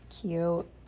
Cute